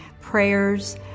prayers